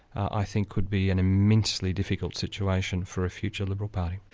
i think would be an immensely difficult situation for a future liberal party.